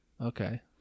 okay